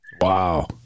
Wow